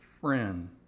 friend